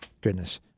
goodness